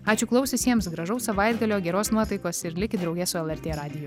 ačiū klausiusiems gražaus savaitgalio geros nuotaikos ir likit drauge su lrt radiju